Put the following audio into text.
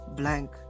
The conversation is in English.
blank